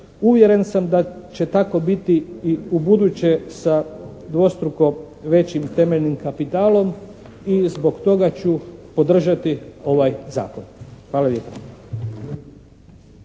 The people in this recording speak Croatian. Uvjeren sam da će tako biti i ubuduće sa dvostruko većim temeljnim kapitalom i zbog toga ću podržati ovaj zakon. Hvala lijepa.